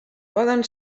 poden